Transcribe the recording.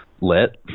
lit